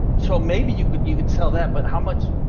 so maybe you could you could tell that but how much